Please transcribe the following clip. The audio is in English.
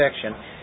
section